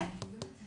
כן.